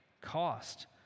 cost